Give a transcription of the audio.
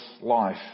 life